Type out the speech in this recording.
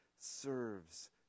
serves